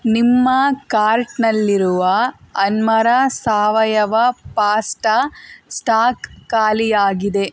ನಿಮ್ಮ ಕಾರ್ಟ್ನಲ್ಲಿರುವ ಅನ್ಮರಾ ಸಾವಯವ ಪಾಸ್ಟಾ ಸ್ಟಾಕ್ ಖಾಲಿಯಾಗಿದೆ